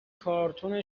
کارتن